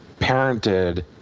parented